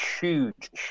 huge